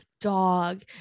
Dog